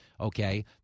Okay